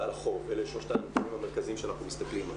ועל חוב אלה שלושת המרכיבים המרכזיים שאנחנו מסתכלים עליהם.